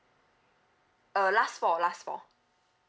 uh last four last four